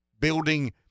building